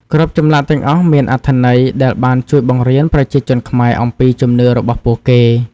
គ្រប់ចម្លាក់ទាំងអស់មានអត្ថន័យដែលបានជួយបង្រៀនប្រជាជនខ្មែរអំពីជំនឿរបស់ពួកគេ។